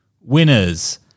winners